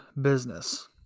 business